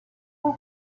how